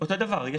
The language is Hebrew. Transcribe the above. אותו דבר.